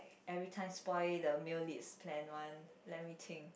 everytime spoil the male lead's plan one let me think